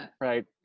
right